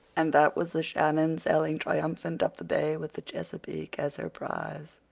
and that was the shannon sailing triumphant up the bay with the chesapeake as her prize.